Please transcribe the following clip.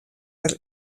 der